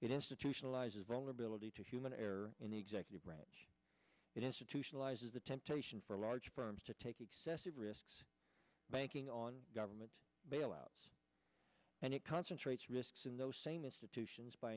it institutionalizes vulnerability to human error in the executive branch it institutionalizes the temptation for large firms to take excessive risks banking on government bailouts and it concentrates risks in those same institutions by